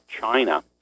China